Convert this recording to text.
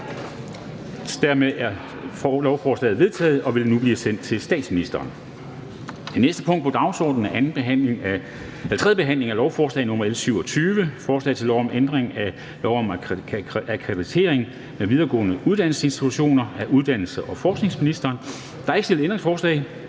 er enstemmigt vedtaget og vil nu blive sendt til statsministeren. --- Det næste punkt på dagsordenen er: 4) 3. behandling af lovforslag nr. L 27: Forslag til lov om ændring af lov om akkreditering af videregående uddannelsesinstitutioner. (Forlængelse af institutionsakkreditering som